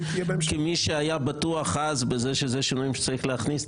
כמי שהיה בטוח אז שאלה שינויים שצריך להכניס,